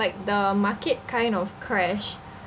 like the market kind of crash